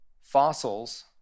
fossils